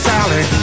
Sally